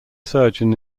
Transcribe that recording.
surgeon